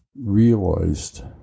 realized